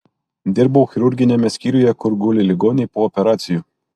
dirbau chirurginiame skyriuje kur guli ligoniai po operacijų